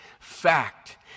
Fact